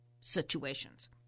situations